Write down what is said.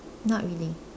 not really